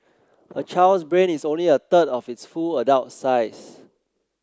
a child's brain is only a third of its full adult size